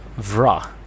Vra